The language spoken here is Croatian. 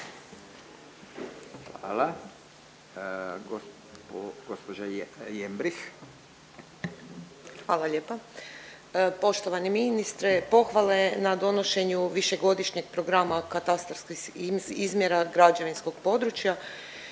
Ljubica (HDZ)** Hvala lijepa. Poštovani ministre, pohvale na donošenju višegodišnjeg programa katastarskih izmjera građevinskog područja.